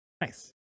Nice